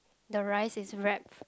the rice is wrap